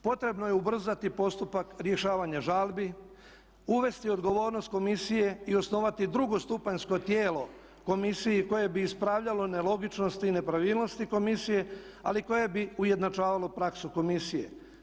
Potrebno je ubrzati postupak rješavanja žalbi, uvesti odgovornost komisije i osnovati drugostupanjsko tijelo komisiji koje bi ispravljalo nelogičnosti i nepravilnosti Komisije, ali koje bi ujednačavalo praksu komisije.